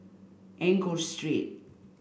Enggor Street